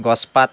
গছপাত